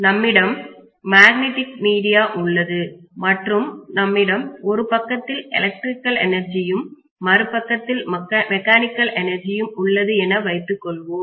நம்மிடம் magnetic media உள்ளது மற்றும் நம்மிடம் ஒரு பக்கத்தில் எலக்ட்ரிக்கல் எனர்ஜியும் மறுபக்கத்தில் மெக்கானிக்கல் எனர்ஜியும் உள்ளது என வைத்துக் கொள்வோம்